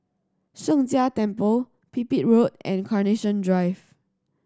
Sheng Jia Temple Pipit Road and Carnation Drive